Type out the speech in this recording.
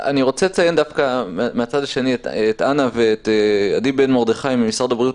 אני רוצה לציין לטובה את אנה לרנר-זכות ואת עדי בן מרדכי ממשרד הבריאות,